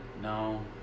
No